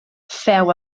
feu